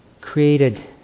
created